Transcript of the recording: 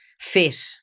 fit